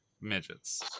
midgets